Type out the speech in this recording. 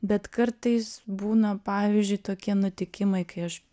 bet kartais būna pavyzdžiui tokie nutikimai kai aš